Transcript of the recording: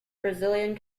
brazilian